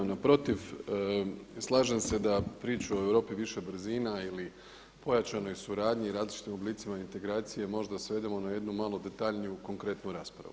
Naprotiv, slažem se da priču o Europi više brzina ili pojačanoj suradnji i različitim oblicima integracije možda svedemo na jednu malo detaljniju konkretnu raspravu.